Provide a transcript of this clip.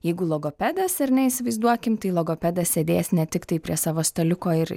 jeigu logopedas ar ne įsivaizduokim tai logopedas sėdės ne tiktai prie savo staliuko ir